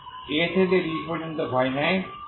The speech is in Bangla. a থেকে b পর্যন্ত ফাইনাইট